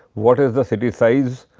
what is the city size?